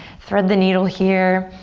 thread the needle here,